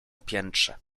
piętrze